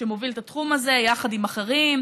שמוביל את התחום הזה יחד עם אחרים,